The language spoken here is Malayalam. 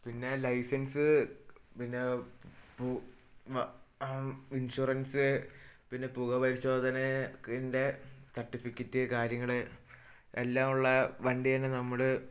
പിന്നെ ലൈസൻസ് പിന്നെ ഇൻഷുറൻസ് പിന്നെ പുക പരിശോധനേക്കിൻ്റെ സർട്ടിഫിക്കറ്റ് കാര്യങ്ങള് എല്ലാം ഉള്ള വണ്ടി തന്നെ നമ്മള്